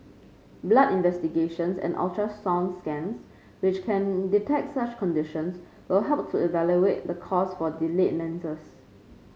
blood investigations and ultrasound scans which can detect such conditions will help to evaluate the cause for delayed menses